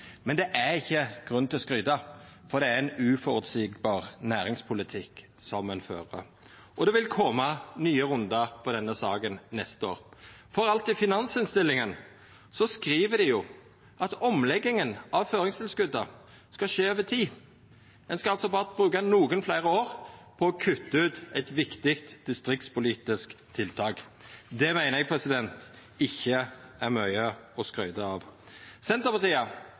Men det er ikkje grunn til å skryta, for det er ein uføreseieleg næringspolitikk ein fører. Det vil òg koma nye rundar på denne saka neste år, for alt i finansinnstillinga skriv dei at omlegginga av føringstilskota skal skje over tid. Ein skal altså berre bruka nokre fleire år på å kutta ut eit viktig distriktspolitisk tiltak. Det meiner eg ikkje er mykje å skryta av. Senterpartiet